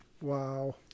Wow